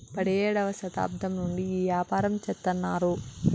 పడియేడవ శతాబ్దం నుండి ఈ యాపారం చెత్తన్నారు